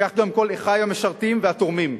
כך גם כל אחי המשרתים והתורמים.